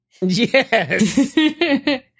Yes